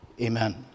Amen